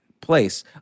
place